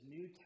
New